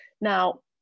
Now